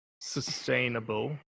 sustainable